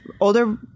older